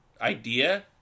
idea